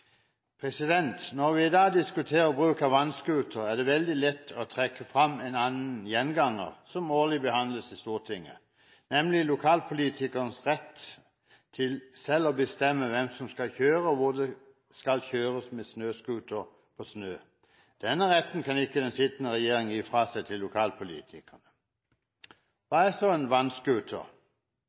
på. Når vi i dag diskuterer bruk av vannscooter, er det veldig lett å trekke fram en annen gjenganger som årlig behandles i Stortinget, nemlig lokalpolitikernes rett til selv å bestemme hvem som skal kjøre og hvor det skal kjøres med snøscooter på snø. Denne retten kan ikke den sittende regjering gi fra seg til lokalpolitikerne. Hva er så en vannscooter?